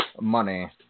money